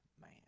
man